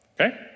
Okay